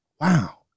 Wow